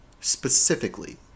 Specifically